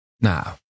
Now